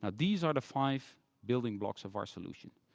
ah these are the five building blocks of our solution.